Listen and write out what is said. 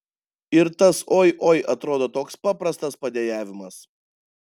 ir tas oi oi atrodo toks paprastas padejavimas